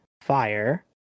fire